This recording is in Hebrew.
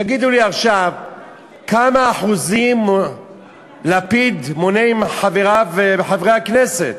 תגידו לי עכשיו כמה אחוזים לפיד מונה עם חבריו וחברי הכנסת.